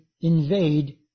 invade